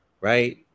right